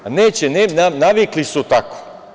Neće, navikli su tako.